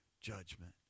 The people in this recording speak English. judgment